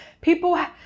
People